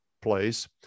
place